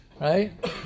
Right